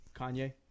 Kanye